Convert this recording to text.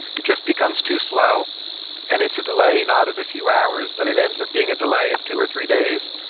it just becomes too slow and it's a delay not of a few hours, but it ends up being a delay of two or three days.